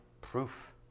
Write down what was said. proof